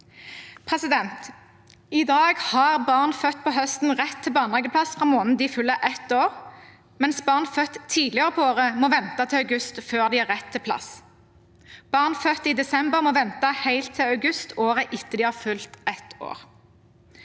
forskjeller. I dag har barn født på høsten rett til barnehageplass fra den måneden de fyller ett år, mens barn født tidligere på året må vente til august før de har rett til plass. Barn født i desember må vente helt til august året etter at de har fylt ett år.